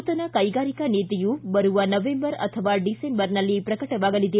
ನೂತನ ಕೈಗಾರಿಕಾ ನೀತಿಯು ಬರುವ ನವೆಂಬರ್ ಅಥವಾ ಡಿಸೆಂಬರ್ನಲ್ಲಿ ಪ್ರಕಟವಾಗಲಿದೆ